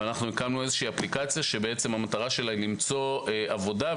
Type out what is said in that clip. הקמנו איזושהי אפליקציה שמטרתה למצוא עבודה,